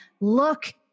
look